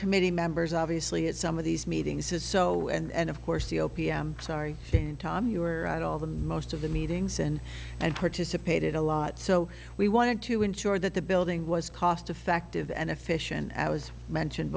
committee members obviously at some of these meetings says so and of course the o p m sorry in tom you were at all the most of the meetings and and participated a lot so we wanted to ensure that the building was cost effective and efficient i was mentioned